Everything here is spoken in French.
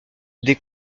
des